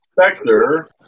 specter